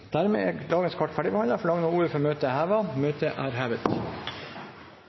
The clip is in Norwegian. Dermed er dagens kart ferdigbehandlet. Forlanger noen ordet før møtet heves? – Det er